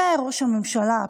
וראש הממשלה,